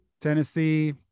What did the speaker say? Tennessee